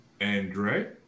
Andre